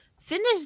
finish